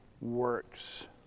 works